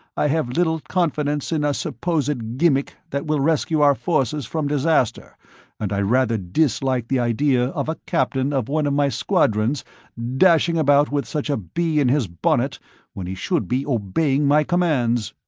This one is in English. i have little confidence in a supposed gimmick that will rescue our forces from disaster and i rather dislike the idea of a captain of one of my squadrons dashing about with such a bee in his bonnet when he should be obeying my commands.